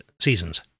seasons